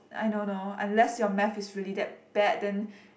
I don't know unless your math is really that bad then